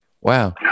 Wow